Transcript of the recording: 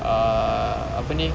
ah apa ni